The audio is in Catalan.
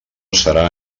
serà